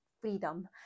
freedom